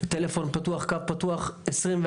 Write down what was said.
ויש לנו קו טלפון פתוח 24/7,